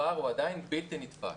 הפער הוא עדיין בלתי נתפס.